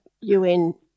UN